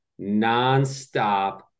nonstop